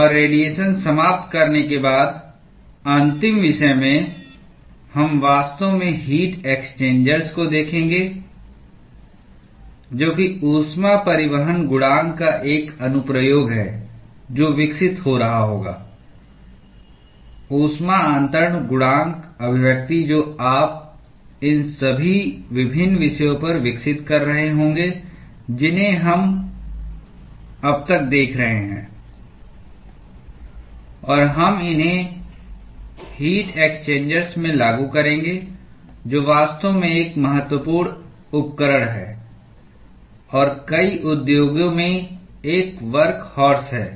और रेडीएशन समाप्त करने के बाद अंतिम विषय में हम वास्तव में हीट एक्सचेंजर्स को देखेंगे जो कि ऊष्मा परिवहन गुणांक का एक अनुप्रयोग है जो विकसित हो रहा होगा ऊष्मा अन्तरण गुणांक अभिव्यक्ति जो आप इन सभी विभिन्न विषयों पर विकसित कर रहे होंगे जिन्हें हम अब तक देख रहे है और हम इन्हें हीट एक्सचेंजर्स में लागू करेंगे जो वास्तव में एक महत्वपूर्ण उपकरण है और कई उद्योगों में एक वर्कहॉर्स है